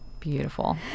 beautiful